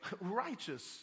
righteous